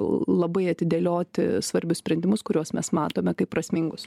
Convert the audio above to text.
labai atidėlioti svarbius sprendimus kuriuos mes matome kaip prasmingus